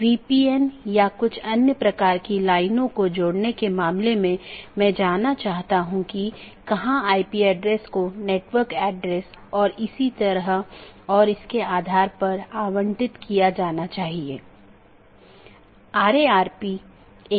interior gateway protocol में router को एक ऑटॉनमस सिस्टम के भीतर जानकारी का आदान प्रदान करने की अनुमति होती है